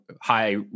high